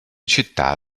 città